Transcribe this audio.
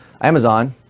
Amazon